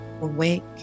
awake